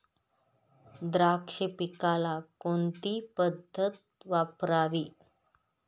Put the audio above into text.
द्राक्ष पिकाला कोणती पद्धत वापरावी?